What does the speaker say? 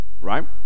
Right